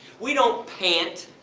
we don't pant,